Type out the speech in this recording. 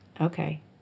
okay